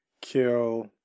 kill